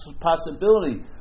possibility